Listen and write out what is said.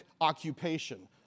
occupation